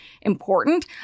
important